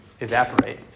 evaporate